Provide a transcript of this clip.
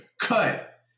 cut